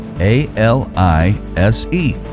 A-L-I-S-E